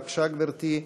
בבקשה, גברתי.